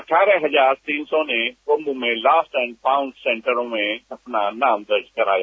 अठारह हजार तीन सौ ने कुंभ में लॉस्ट एंड फाउंड सेंटरों में अपना नाम दर्ज कराया